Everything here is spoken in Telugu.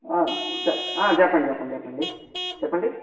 ఆ చెప్ చెప్పండి చెప్పండి చెప్పండి చెప్పండి చెప్పండి